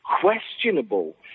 questionable